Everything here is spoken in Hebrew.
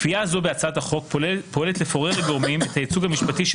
קביעה זו בהצעת החוק פועלת לפורר לגורמים את הייצוג המשפטי של